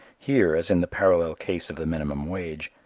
here, as in the parallel case of the minimum wage,